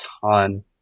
ton